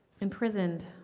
imprisoned